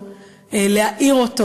להאיר,